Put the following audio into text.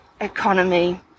economy